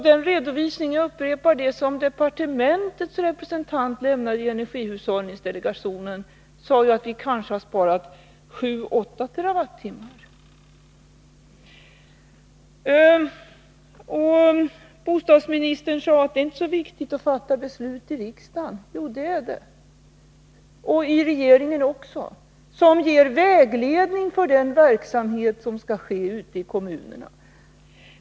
Den redovisning — jag upprepar det - som departementets representant lämnade i energihushållningsdelegationen visade att vi kanske har sparat 7-8 TWh. Bostadsministern sade att det inte är så viktigt att fatta beslut i riksdagen. Jo, det är det. Det är viktigt i regeringen också att fatta beslut som ger vägledning för den verksamhet som skall äga rum ute i kommunerna.